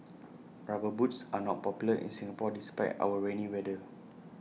rubber boots are not popular in Singapore despite our rainy weather